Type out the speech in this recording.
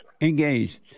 Engaged